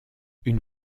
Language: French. une